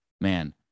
man